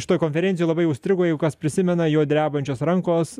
šitoj konferencijoj labai užstrigo jeigu kas prisimena jo drebančios rankos